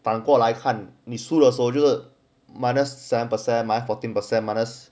反过来看你输了所热 minus seven per share my fourteen percent minus